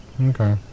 Okay